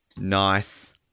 Nice